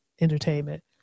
Entertainment